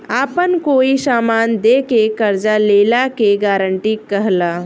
आपन कोई समान दे के कर्जा लेला के गारंटी कहला